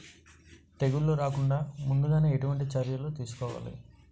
తెగుళ్ల రాకుండ ముందుగానే ఎటువంటి చర్యలు తీసుకోవాలి?